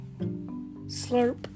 Slurp